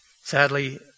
Sadly